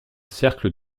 cercle